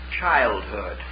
childhood